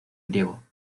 griego